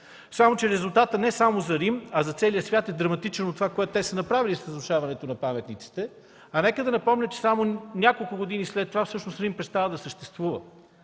Само че резултатът не само за Рим, а за целия свят, е драматичен от това, което са направили с разрушаването на паметниците. Нека да напомня, че няколко години след това Рим престава да съществува.